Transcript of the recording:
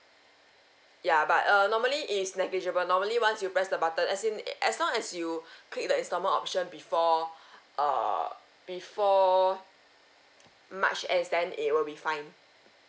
ya but err normally is negligible normally once you press the button as in as long as you click the installment option before err before march as then it will be fine